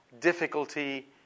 difficulty